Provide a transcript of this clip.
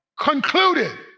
concluded